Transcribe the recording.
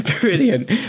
Brilliant